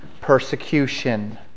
persecution